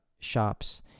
shops